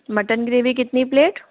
mutton gravy कितनी plate